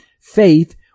Faith